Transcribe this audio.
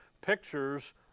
pictures